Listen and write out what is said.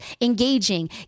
engaging